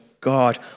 God